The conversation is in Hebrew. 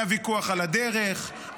היה ויכוח על הדרך,